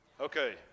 Okay